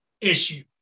issue